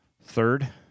Third